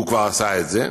והוא כבר עשה את זה.